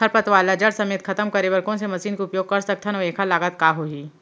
खरपतवार ला जड़ समेत खतम करे बर कोन से मशीन के उपयोग कर सकत हन अऊ एखर लागत का होही?